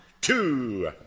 two